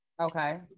okay